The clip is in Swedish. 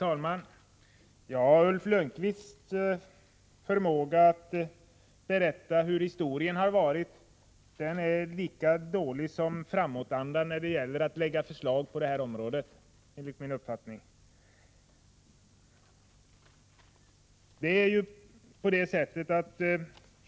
Herr talman! Ulf Lönnqvists förmåga att berätta historiska fakta är lika dålig som framåtandan när det gäller att lägga fram förslag på detta område.